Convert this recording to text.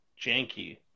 janky